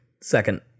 Second